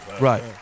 right